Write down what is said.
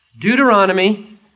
Deuteronomy